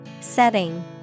Setting